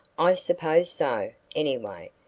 i suppose so anyway,